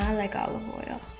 um like olive oil.